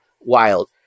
wild